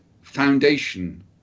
foundation